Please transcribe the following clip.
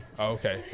Okay